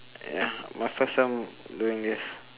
ya my first time doing this